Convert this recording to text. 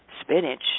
Spinach